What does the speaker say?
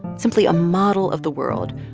simply a model of the world,